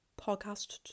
podcast